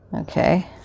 Okay